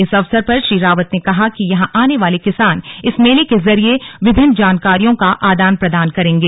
इस अवसर पर श्री रावत ने कहा कि यहां आने वाले किसान इस मेले के जरिए विभिन्न जानकारियों का आदान प्रदान करेंगे